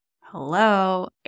hello